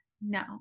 No